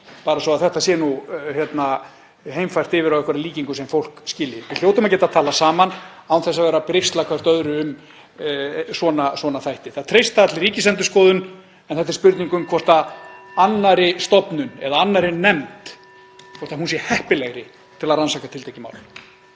bara svo þetta sé nú heimfært yfir á einhverja líkingu sem fólk skilur. (Forseti hringir.) Við hljótum að geta talað saman án þess að vera að brigsla hvert öðru um svona þætti. Það treysta allir Ríkisendurskoðun. En þetta er spurning um hvort önnur stofnun eða önnur nefnd sé heppilegri til að rannsaka tiltekið mál.